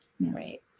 Right